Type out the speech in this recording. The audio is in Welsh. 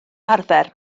arfer